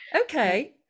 okay